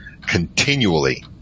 continually